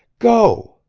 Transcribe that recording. go